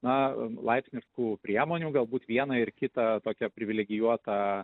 na laipsniškų priemonių galbūt vieną ir kitą tokią privilegijuotą